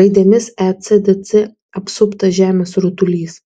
raidėmis ecdc apsuptas žemės rutulys